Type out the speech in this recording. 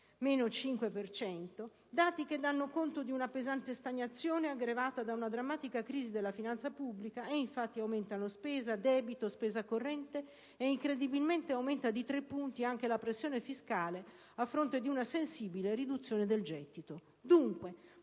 (-5 per cento); dati che danno conto di una pesante stagnazione aggravata da una drammatica crisi della finanza pubblica, e infatti aumentano spesa, debito, spesa corrente e, incredibilmente, aumenta di tre punti anche la pressione fiscale, a fronte di una sensibile riduzione del gettito. Dunque,